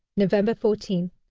november fourteen.